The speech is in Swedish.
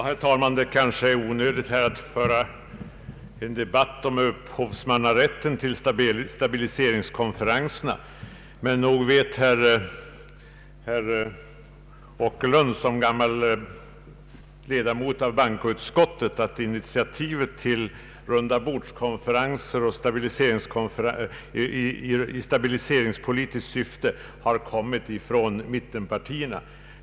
Herr talman! Det kanske är onödigt att föra en debatt om upphovsmannarätten till stabiliseringskonferenserna, men nog vet herr Åkerlund som gammal ledamot av bankoutskottet att initiativet till rundabordskonferenser i stabiliseringspolitiskt syfte har kommit från mittenpartierna.